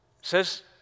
says